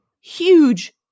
huge